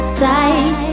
sight